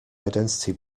identity